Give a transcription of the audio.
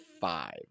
five